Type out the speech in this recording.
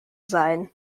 sein